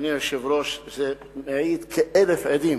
אדוני היושב-ראש, זה מעיד כאלף עדים